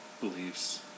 beliefs